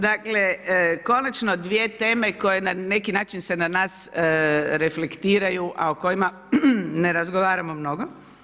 Dakle, konačno dvije teme koje na neki način se na nas reflektiraju, a o kojima ne razgovaramo mnogo.